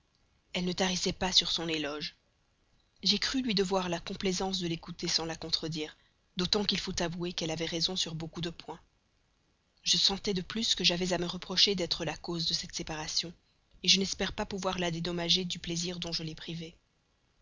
elle ne tarissait pas sur son éloge j'ai cru lui devoir la complaisance de l'écouter sans la contredire d'autant qu'il faut avouer qu'elle avait raison sur beaucoup de points je sentais de plus que j'avais à me reprocher d'être la cause de cette séparation je n'espère pas pouvoir la dédommager du plaisir dont je l'ai privée